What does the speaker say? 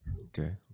Okay